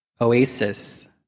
oasis